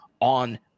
on